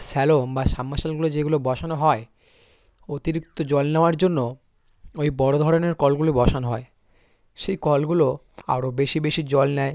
shallow বা sub মারসালগুলো যেগুলো বসানো হয় অতিরিক্ত জল নেওয়ার জন্য ওই বড়ো ধরনের কলগুলো বসানো হয় সেই কলগুলো আরও বেশি বেশি জল নেয়